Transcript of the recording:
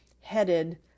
headed